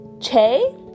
Che